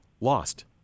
Lost